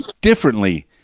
differently